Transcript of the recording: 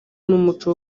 n’umuco